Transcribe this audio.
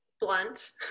blunt